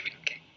okay